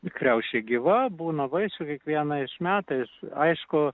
tikriausiai gyva būna vaisių kiekvienais metais aišku